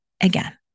again